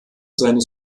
seines